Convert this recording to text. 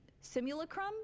simulacrum